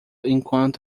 enquanto